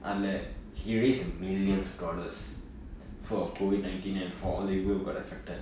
அதுல:athula he raised millions of dollars for COVID nineteen and for all the people who got affected